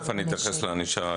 תכף אתייחס לענישה,